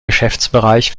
geschäftsbereich